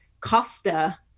Costa